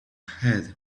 head